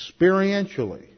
experientially